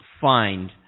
find